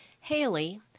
Haley